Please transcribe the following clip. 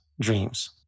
dreams